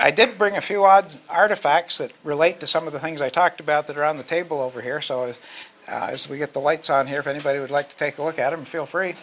i did bring a few odds and artifacts that relate to some of the things i talked about that are on the table over here so it is as we get the lights on here if anybody would like to take a look at them feel free